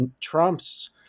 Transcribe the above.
Trump's